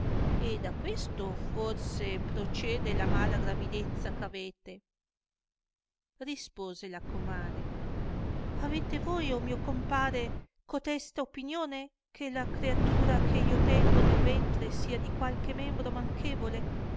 e da questo forse prociede la mala gravidezza ch'avete rispose la comare avete voi o mio compare cotesta opinione che la creatura che io tengo nel ventre sia di qualche membro manchevole